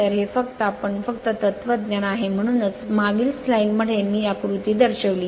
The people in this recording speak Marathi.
तर हे फक्त आपण फक्त तत्त्वज्ञान आहे म्हणूनच मागील स्लाइड मध्ये मी आकृती दर्शविली